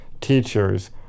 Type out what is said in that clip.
teachers